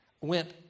went